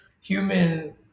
human